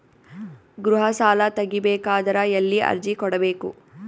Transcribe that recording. ಗೃಹ ಸಾಲಾ ತಗಿ ಬೇಕಾದರ ಎಲ್ಲಿ ಅರ್ಜಿ ಕೊಡಬೇಕು?